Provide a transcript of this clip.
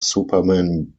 superman